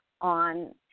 on